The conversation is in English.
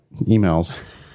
emails